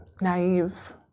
naive